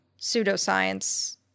pseudoscience